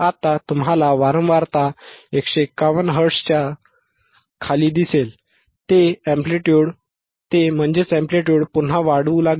आता तुम्हाला वारंवारता 151 हर्ट्झच्या 159 हर्ट्झच्या खाली दिसेल ते एंप्लिट्युड पुन्हा वाढू लागेल